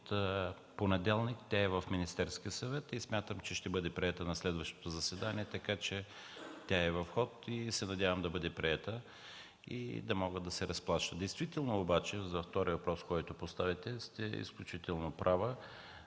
понеделник е в Министерския съвет. Смятам, че ще бъде приета на следващото заседание, така че тя е в ход. Надявам се да бъде приета, за да могат да се разплащат. За втория въпрос, който поставяте, сте изключително права.